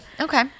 Okay